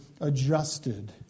adjusted